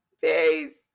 Peace